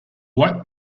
white